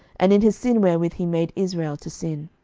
and in his sin wherewith he made israel to sin.